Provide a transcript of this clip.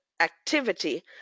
activity